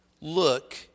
Look